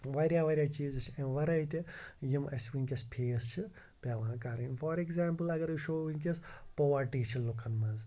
واریاہ واریاہ چیٖز أسۍ اَمہِ وَرٲے تہِ یِم اَسہِ وٕنکٮ۪س فیس چھِ پٮ۪وان کَرٕنۍ فار اٮ۪کزامپٕل اَگر أسۍ شو وٕنکٮ۪س پُورٹی چھِ لُکَن منٛز